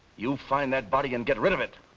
you find that body and get rid of it.